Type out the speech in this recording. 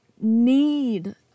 need